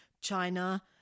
China